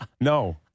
no